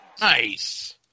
Nice